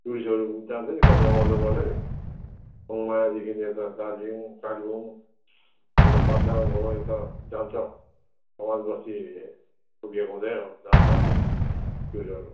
टुरिस्टहरू जान्छ नि कति त ओहोर दोहोर गर्छ नि मङमायादेखि यता दार्जिलिङ कालिम्पोङ यता खरसाङ भयो यता जान्छ कमान बस्ती हुँदै हुँदै जान्छ टुरिस्टहरू